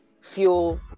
fuel